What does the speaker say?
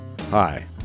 Hi